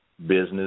Business